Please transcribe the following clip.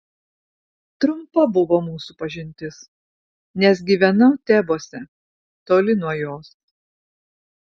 trumpa buvo mūsų pažintis nes gyvenau tebuose toli nuo jos